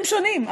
הם שונים,